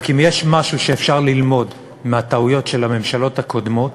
רק אם יש משהו שאפשר ללמוד מהטעויות של הממשלות הקודמות,